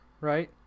Right